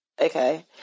Okay